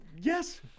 yes